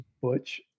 Butch